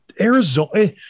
Arizona